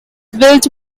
built